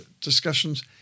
discussions